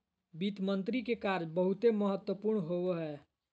वित्त मंत्री के कार्य बहुते महत्वपूर्ण होवो हय